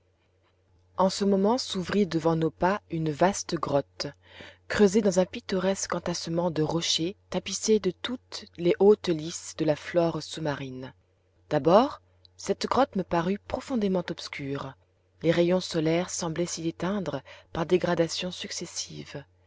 en ce moment s'ouvrit devant nos pas une vaste grotte creusée dans un pittoresque entassement de rochers tapissés de toutes les hautes lisses de la flore sous-marine d'abord cette grotte me parut profondément obscure les rayons solaires semblaient s'y éteindre par dégradations successives